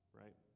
right